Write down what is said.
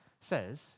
says